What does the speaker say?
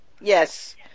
Yes